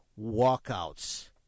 walkouts